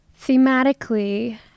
thematically